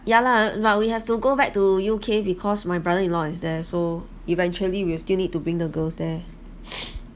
ya lah but we have to go back to U_K because my brother in law is there so eventually we will still need to bring the girls there